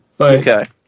Okay